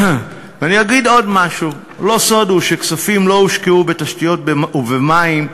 ואני אגיד עוד משהו: לא סוד הוא שכספים לא הושקעו בתשתיות ובמים.